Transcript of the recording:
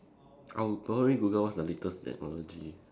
I would probably Google what's the latest technology